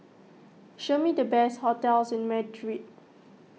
show me the best hotels in Madrid